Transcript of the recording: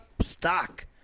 stock